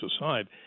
aside